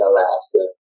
Alaska